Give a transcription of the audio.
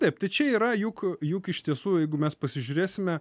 taip čia yra juk juk iš tiesų jeigu mes pasižiūrėsime